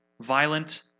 violent